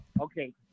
Okay